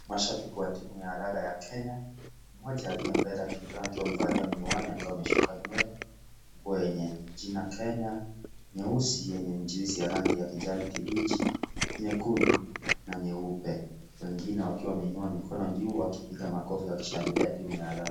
Mashabiki wa timu ya raga ya kenya, mmoja aliye mbele akionekana kuwa amevalia miwani akiwa ameshuka nywele, ennguo yenye jina kenya, nyeusi yenye michirizi ya rangi ya kijani kibichi, nyekundu na nyeupe. Wengine wakiwa wameinua mikono juu wakipiga makofi ya kishangilia timu ya raga.